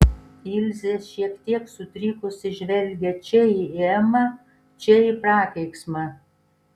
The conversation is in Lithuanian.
ilzė šiek tiek sutrikusi žvelgė čia į emą čia į prakeiksmą